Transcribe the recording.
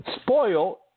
Spoil